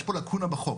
יש פה לקונה בחוק,